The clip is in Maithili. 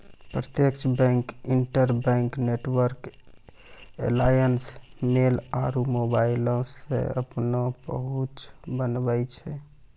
प्रत्यक्ष bank, interbank network alliance, mail आरु मोबाइलो से अपनो पहुंच बनाबै छै